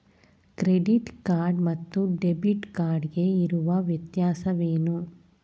Credit card ಮತ್ತು debit card ಗೆ ಇರುವ ವ್ಯತ್ಯಾಸವೇನು?